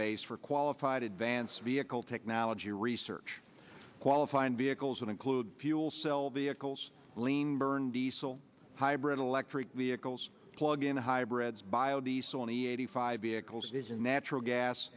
base for qualified advance vehicle technology research qualifying vehicles and include fuel cell vehicles lean burn diesel hybrid electric vehicles plug in hybrids